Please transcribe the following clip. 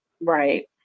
Right